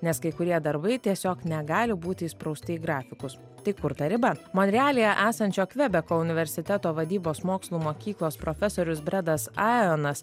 nes kai kurie darbai tiesiog negali būti įsprausti į grafikus tai kur ta riba monrealyje esančio kvebeko universiteto vadybos mokslų mokyklos profesorius bredas aeonas